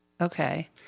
Okay